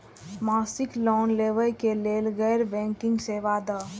मासिक लोन लैवा कै लैल गैर बैंकिंग सेवा द?